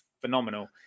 phenomenal